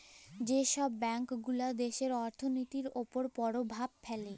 যে ছব ব্যাংকগুলা দ্যাশের অথ্থলিতির উপর পরভাব ফেলে